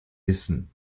wissen